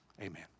amen